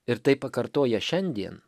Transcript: ir tai pakartoja šiandien